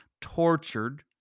tortured